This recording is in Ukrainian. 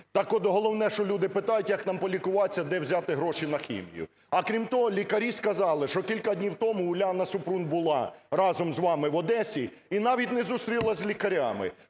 Так от головне, що люди питають: "Як нам полікуватися? Де взяти гроші на "хімію"?". А, крім того, лікарі сказали, що кілька днів тому Уляна Супрун була разом з вами Одесі і навіть не зустрілась з лікарями.